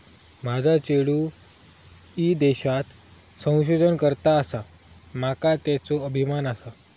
माझा चेडू ईदेशात संशोधन करता आसा, माका त्येचो अभिमान आसा